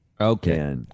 okay